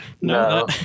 No